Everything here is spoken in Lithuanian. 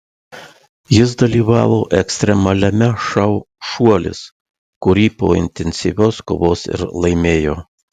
jis dalyvavo ekstremaliame šou šuolis kurį po intensyvios kovos ir laimėjo